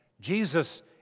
Jesus